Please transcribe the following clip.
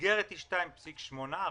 המסגרת היא 2.8 מיליארד שקלים.